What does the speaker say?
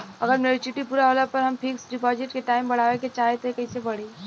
अगर मेचूरिटि पूरा होला पर हम फिक्स डिपॉज़िट के टाइम बढ़ावे के चाहिए त कैसे बढ़ी?